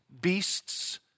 beasts